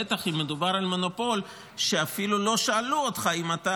בטח אם מדובר על מונופול שאפילו לא שאלו אותך אם אתה